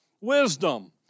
Wisdom